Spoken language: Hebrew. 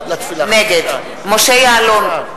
נגד משה יעלון,